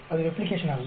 அது ரெப்ளிகேஷன் அல்ல